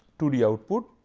two d output,